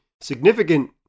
significant